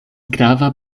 grava